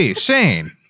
Shane